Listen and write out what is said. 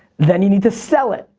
then you need to sell it,